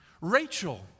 Rachel